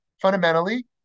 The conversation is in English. fundamentally